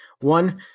one